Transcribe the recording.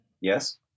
Yes